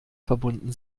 verbunden